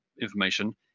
information